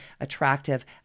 attractive